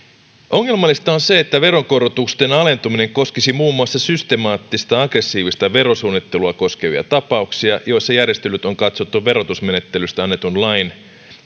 ongelmallista on se että veronkorotusten alentuminen koskisi muun muassa systemaattista aggressiivista verosuunnittelua koskevia tapauksia joissa järjestelyt on katsottu verotusmenettelystä annetun lain